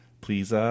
please